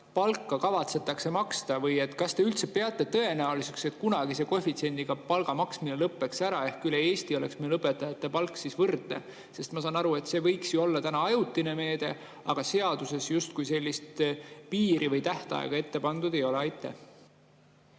palka kavatsetakse maksta? Või kas te üldse peate tõenäoliseks, et kunagi see koefitsiendiga palga maksmine lõppeks ära ehk üle Eesti oleks õpetajate palk võrdne? Sest ma saan aru, et see võiks ju olla ajutine meede, aga seaduses justkui sellist piiri või tähtaega ette pandud ei ole.